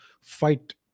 fight